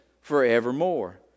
forevermore